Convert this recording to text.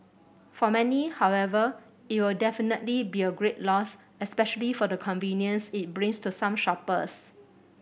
for many however it'll definitely be a great loss especially for the convenience it brings to some shoppers